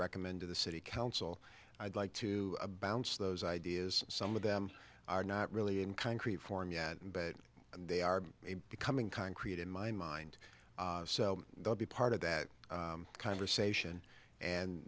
recommend to the city council i'd like to a bounce those ideas some of them are not really in concrete form yet in bed and they are becoming concrete in my mind so they'll be part of that conversation and